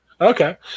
Okay